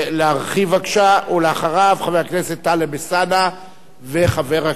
חבר הכנסת טלב אלסאנע וחבר הכנסת עפו אגבאריה,